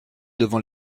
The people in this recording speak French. devant